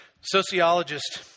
Sociologist